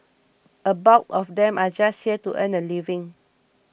a bulk of them are just here to earn a living